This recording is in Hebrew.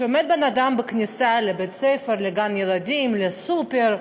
שעומד בן-אדם בכניסה לבית-ספר, לגן-ילדים, לסופר,